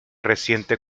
reciente